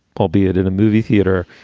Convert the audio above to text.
albeit in a movie theater.